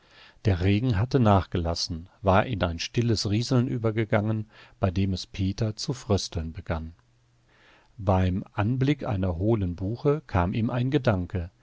der regen hatte nachgelassen war in ein stilles rieseln übergegangen bei dem es peter zu frösteln begann beim anblick einer hohlen buche kam ihm ein gedanke